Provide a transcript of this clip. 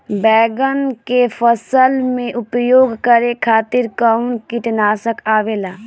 बैंगन के फसल में उपयोग करे खातिर कउन कीटनाशक आवेला?